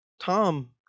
Tom